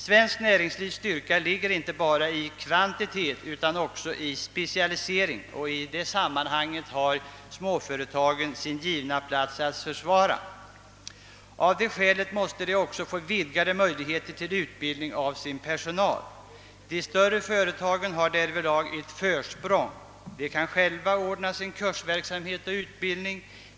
Svenskt näringslivs styrka ligger inte endast i kvantitet utan också i specialisering, och i det sammanhanget har småföretagen sin givna plats att försvara. Av det skälet måste de också få vidgade möjligheter till utbildning av sin personal. De större företagen har därvidlag ett försprång: de kan själva ordna sin kursverksamhet och utbildning.